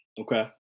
Okay